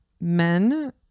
men